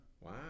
Wow